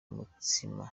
umutsima